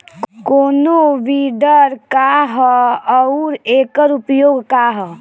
कोनो विडर का ह अउर एकर उपयोग का ह?